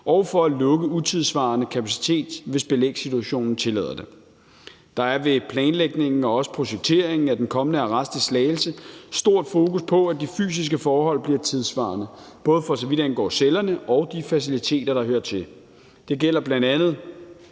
og for at lukke utidssvarende kapacitet, hvis belægsituationen tillader det. Der er ved planlægningen og også projekteringen af den kommende arrest i Slagelse stort fokus på, at de fysiske forhold bliver tidssvarende, både for så vidt angår cellerne og de faciliteter, der hører til. Det gælder bl.a.